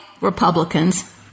Republicans